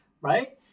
right